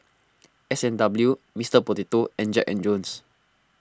S and W Mister Potato and Jack and Jones